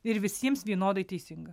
ir visiems vienodai teisinga